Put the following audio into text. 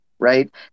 Right